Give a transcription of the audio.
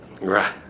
Right